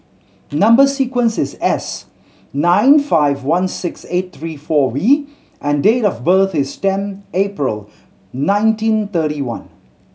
number sequence is S nine five one six eight three four V and date of birth is ten April nineteen thirty one